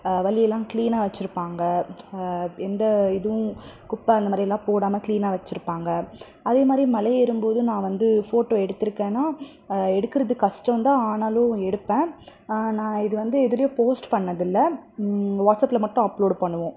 வழியிலாம் கிளீனா வச்சுருப்பாங்க எந்த இதுவும் குப்பை அந்தமாதிரிலாம் போடாம கிளீனாக வச்சுருப்பாங்க அதேமாதிரி மலையேறும்போது நான் வந்து போட்டோ எடுத்துருக்கேனா எடுக்கிறதுக்கு கஷ்டந்தான் ஆனாலும் எடுப்பேன் நான் இதுவந்து எதுலேயும் போஸ்ட் பண்ணதில்லை வாட்ஸ்அப்பில் மட்டும் அப்லோடு பண்ணுவோம்